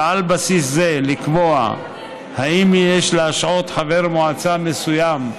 ועל בסיס זה לקבוע אם יש להשעות חבר מועצה מסוים,